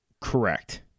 Correct